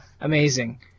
amazing